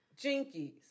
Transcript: Jinkies